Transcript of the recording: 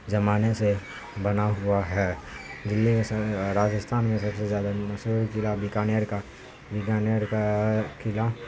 زمانے سے بنا ہوا ہے دلی میں سب راجستھان میں سب زیادہ مشہور قلعہ بیکانیر کا بیکانیر کا قلعہ